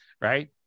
right